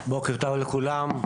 בוקר טוב לכולם,